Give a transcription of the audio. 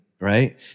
right